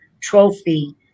trophy